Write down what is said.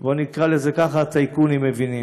נקרא לזה ככה, הטייקונים מבינים.